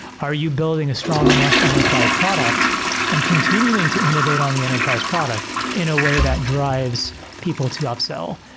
are you building a strong enough enterprise product and continuing to innovate on the enterprise product in a way that dr ives people to upsell?